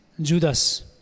Judas